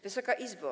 Wysoka Izbo!